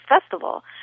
festival